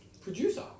producer